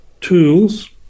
tools